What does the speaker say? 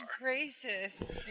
gracious